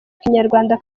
kinyarwanda